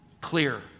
clear